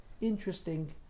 interesting